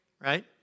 Right